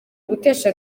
gutesha